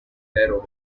their